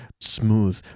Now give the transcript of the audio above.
smooth